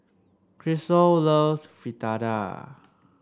Krystle loves Fritada